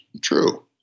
true